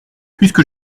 puisque